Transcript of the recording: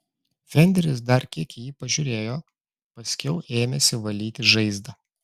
fenderis dar kiek į jį pažiūrėjo paskiau ėmėsi valyti žaizdą